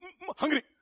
hungry